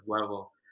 level